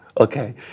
okay